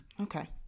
Okay